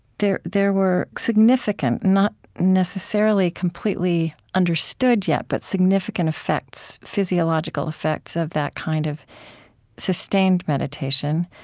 there there were significant, not necessarily completely understood yet, but significant effects, physiological effects of that kind of sustained meditation.